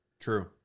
True